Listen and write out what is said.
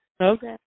Okay